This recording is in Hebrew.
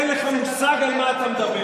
אין לך מושג על מה אתה מדבר.